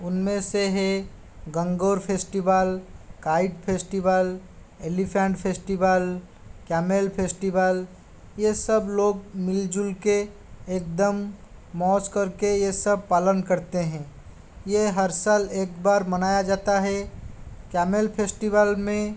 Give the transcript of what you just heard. उनमें से है Gangaur festival kite festival elephant festival camel festival ये सब लोग मिल झूल के एकदम मौज करके ये सब पालन करते है ये हर साल एक बार मनाया जाता है कैमल फेस्टिवल में